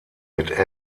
mit